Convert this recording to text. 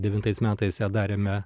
devintais metais ją darėme